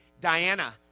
Diana